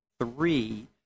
three